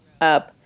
up